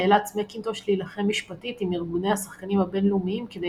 נאלץ מקינטוש להילחם משפטית עם ארגוני השחקנים הבינלאומיים כדי